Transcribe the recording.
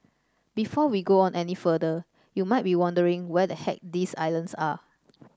before we go on any further you might be wondering where the heck these islands are